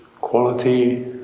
quality